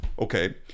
okay